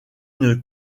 une